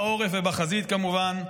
בעורף ובחזית כמובן,